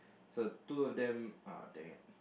so two of them uh dang it